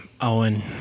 Owen